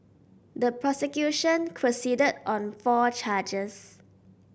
the prosecution proceeded on four charges